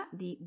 di